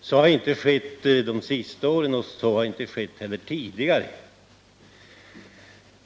Så har inte skett de senaste åren, och inte heller tidigare.